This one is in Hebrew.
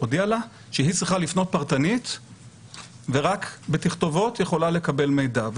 הודיעה לה שהיא צריכה לפנות פרטנית ורק בתכתובות יכולה לקבל מידע,